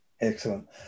Excellent